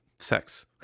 sex